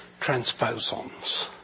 transposons